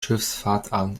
schifffahrtsamt